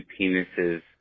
penises